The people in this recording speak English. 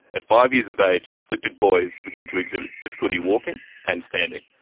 at five years of age afflicted boys begin to exhibit difficulty walking and standing.